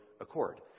accord